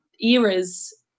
eras